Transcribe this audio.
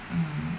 mm